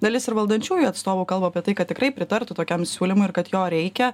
dalis ir valdančiųjų atstovų kalba apie tai kad tikrai pritartų tokiam siūlymui ir kad jo reikia